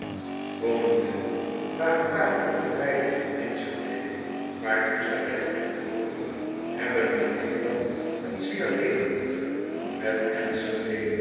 nende maar een paar uur verwijderd van nschede waartoe zij kerkelijk behooren hebben met engelo een zeer levendige met nschede